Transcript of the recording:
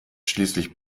schließlich